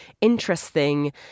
interesting